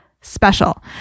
special